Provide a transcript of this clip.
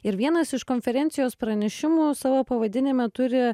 ir vienas iš konferencijos pranešimų savo pavadinime turi